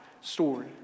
story